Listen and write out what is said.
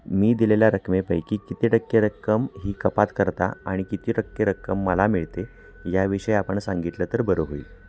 मी दिलेल्या रकमेपैकी किती टक्के रक्कम ही कपात करता आणि किती टक्के रक्कम मला मिळते याविषयी आपण सांगितलं तर बरं होईल